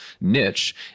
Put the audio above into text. niche